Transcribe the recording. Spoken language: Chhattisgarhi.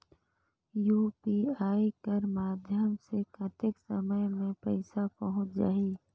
यू.पी.आई कर माध्यम से कतेक समय मे पइसा पहुंच जाहि?